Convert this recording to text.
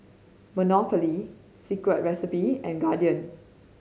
Monopoly Secret Recipe and Guardian